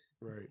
Right